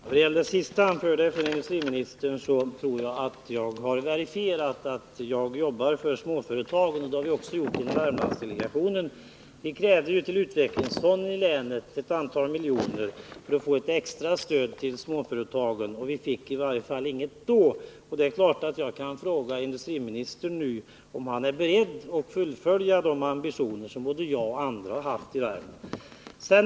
Herr talman! Beträffande det sista som industriministern yttrade vill jag säga att jag tror att jag har visat att jag arbetar för småföretagen, och det har också skett i Värmlandsdelegationen. Vi krävde ju ett antal miljoner till utvecklingsfonden i länet för att ge ett extra stöd till småföretagen. Vid det tillfället fick vi inte några pengar, men det är klart att jag kan fråga industriministern, om han nu är beredd att hjälpa till att förverkliga de planer för Värmland som både jag och andra har.